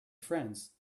friends